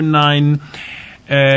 nine